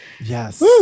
Yes